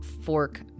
fork